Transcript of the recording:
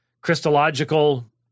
Christological